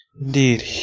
Indeed